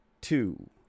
two